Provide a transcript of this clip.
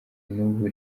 n’ubu